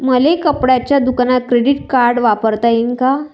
मले कपड्याच्या दुकानात क्रेडिट कार्ड वापरता येईन का?